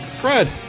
Fred